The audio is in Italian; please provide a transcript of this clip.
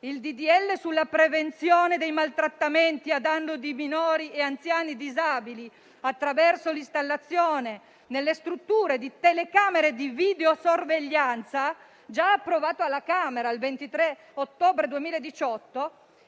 sulla prevenzione dei maltrattamenti a danno di minori e anziani disabili attraverso l'istallazione nelle strutture di telecamere di videosorveglianza, già approvato alla Camera il 23 ottobre 2018